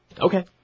Okay